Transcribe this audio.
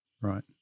Right